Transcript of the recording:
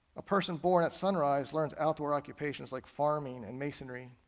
a person born at sunrise learns outdoor occupations like farming and masonry.